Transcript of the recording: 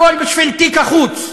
הכול בשביל תיק החוץ.